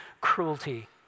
cruelty